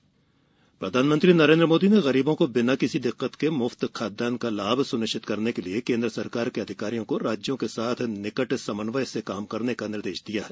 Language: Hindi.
पीएम बैठक प्रधानमंत्री नरेंद्र मोदी ने गरीबों को बिना किसी दिक्कित के मुफ्त खाद्यान्न् का लाभ सुनिश्चित करने के लिए केंद्र सरकार के अधिकारियों को राज्यों के साथ निकट समन्वय से काम करने का निर्देश दिया है